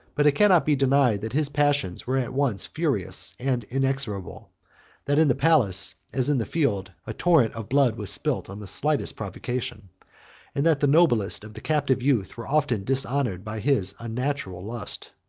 but it cannot be denied that his passions were at once furious and inexorable that in the palace, as in the field, a torrent of blood was spilt on the slightest provocation and that the noblest of the captive youth were often dishonored by his unnatural lust.